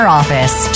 office